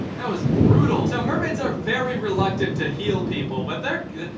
that was brutal. so mermaids are very reluctant to heal people but they're good,